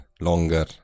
longer